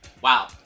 Wow